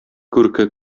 күрке